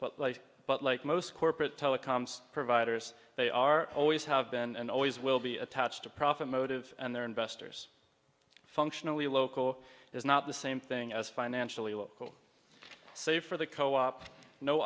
but like most corporate telecoms providers they are always have been and always will be attached to profit motive and their investors are functionally local is not the same thing as financially local say for the co op no